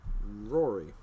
Rory